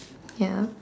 ya